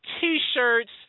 T-shirts